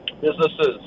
businesses